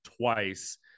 twice